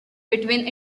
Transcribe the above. between